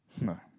no